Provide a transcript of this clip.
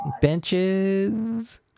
Benches